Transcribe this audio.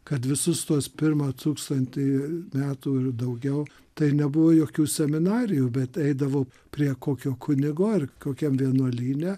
kad visus tuos pirmą tūkstantį metų ir daugiau tai nebuvo jokių seminarijų bet eidavo prie kokio kunigo ar kokiam vienuolyne